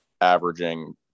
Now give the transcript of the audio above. averaging